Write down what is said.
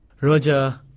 Roger